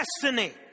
destiny